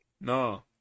no